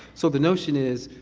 so the notion is,